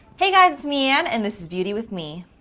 hey guys it's mi-anne and this is beauty with mi.